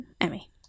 Emmy